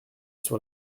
sur